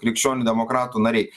krikščionių demokratų nariai